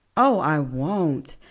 oh, i won't.